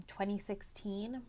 2016